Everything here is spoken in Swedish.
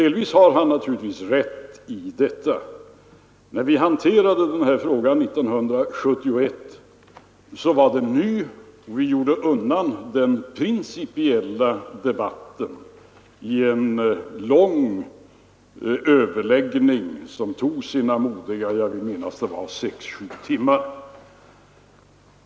Delvis har han naturligtvis rätt i detta. När vi hanterade den här frågan år 1971 var den ny, och vi gjorde undan den principiella debatten i en lång överläggning som tog sina modiga sex sju timmar.